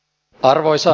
harvoissa